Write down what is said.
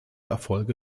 erfolge